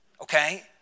Okay